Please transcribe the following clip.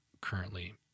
currently